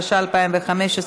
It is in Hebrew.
התשע"ה 2015,